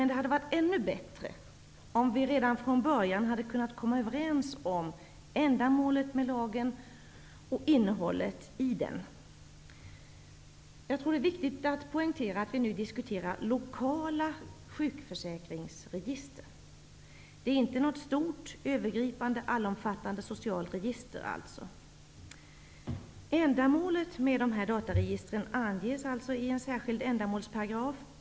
Det hade varit ännu bättre om vi redan från början hade kunnat komma överens om ändamålet med lagen och innehållet i den. Jag tror att det är viktigt att poängtera att vi nu diskuterar lokala sjukförsäkringsregister. Det är alltså inte något stort övergripande allomfattande socialregister. Ändamålet med dessa dataregister anges i en särskild ändamålsparagraf.